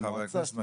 עם המועצה,